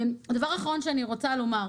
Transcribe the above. הדבר האחרון שאני רוצה לומר,